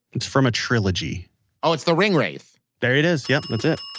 it's from a trilogy oh. it's the ringwraith there it is. yeah. that's it